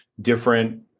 different